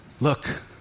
look